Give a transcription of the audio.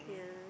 yeah